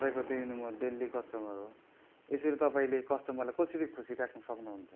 तपाईँको त्यही पनि म डेली कस्टमर हो यसरी तपाईँले कस्टमरलाई कसरी खुसी राख्न सक्नुहुन्छ